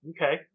Okay